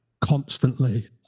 constantly